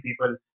people